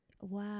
wow